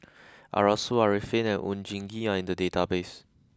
Arasu Arifin and Oon Jin Gee are in the database